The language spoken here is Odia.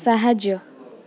ସାହାଯ୍ୟ